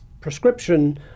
prescription